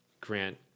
Grant